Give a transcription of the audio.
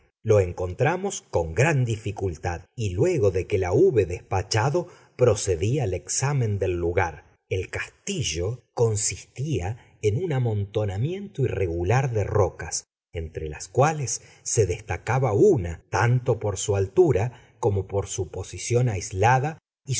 lo encontramos con gran dificultad y luego que la hube despachado procedí al examen del lugar el castillo consistía en un amontonamiento irregular de rocas entre las cuales se destacaba una tanto por su altura como por su posición aislada y su